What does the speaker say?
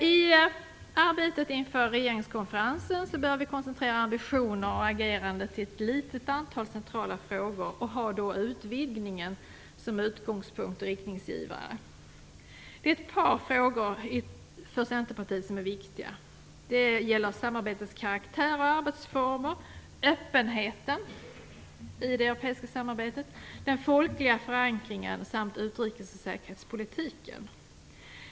I arbetet inför regeringskonferensen bör vi koncentrera ambitioner och agerande till ett litet antal centrala frågor och då ha utvidgningen som utgångspunkt och riktningsgivare. Ett par frågor är viktiga för Centerpartiet. Det gäller samarbetets karaktär och dess arbetsformer, öppenhet i det europeiska samarbetet, den folkliga förankringen samt utrikes och säkerhetspolitiken.